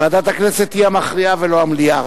ועדת הכנסת היא המכריעה, ולא המליאה.